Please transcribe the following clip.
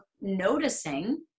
noticing